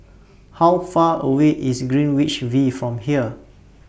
How Far away IS Greenwich V from here